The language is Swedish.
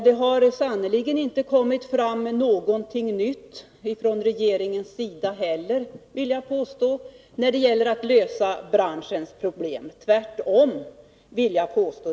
Det har sannerligen inte kommit fram någonting nytt från regeringssidan heller, vill jag påstå, när det gäller att lösa branschens problem — tvärtom.